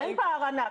אין פער ענק.